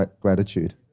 gratitude